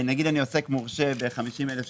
נגיד ואני עוסק מורשה ב-50,000 ₪,